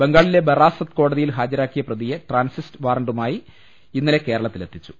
ബംഗാളിലെ ബറാസത്ത് കോടതിയിൽ ഹാജരാക്കിയ പ്രതിയെ ട്രാൻസിസ്റ്റ് വാറണ്ടുമായി ഇന്നലെ കേരളത്തിലെത്തിച്ചു